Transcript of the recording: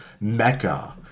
mecca